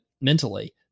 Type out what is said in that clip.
mentally